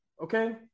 okay